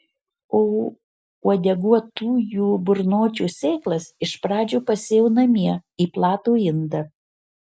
o uodeguotųjų burnočių sėklas iš pradžių pasėjau namie į platų indą